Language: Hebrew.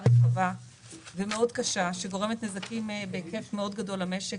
מאוד קשה שגורמת לנזקים בהיקף מאוד גדול למשק.